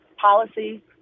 policy